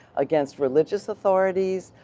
against religious authorities,